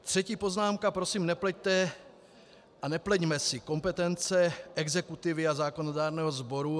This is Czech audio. Třetí poznámka prosím, nepleťte a nepleťme si kompetence exekutivy a zákonodárného sboru.